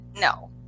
no